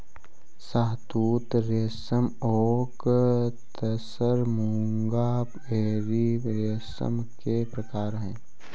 शहतूत रेशम ओक तसर मूंगा एरी रेशम के प्रकार है